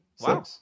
Wow